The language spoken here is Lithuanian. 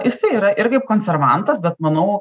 jisai yra ir kaip konservantas bet manau